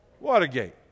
Watergate